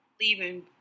leaving